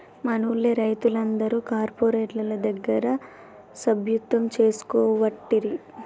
మనూళ్లె రైతులందరు కార్పోరేటోళ్ల దగ్గర సభ్యత్వం తీసుకోవట్టిరి